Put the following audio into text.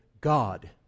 God